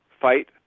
Fight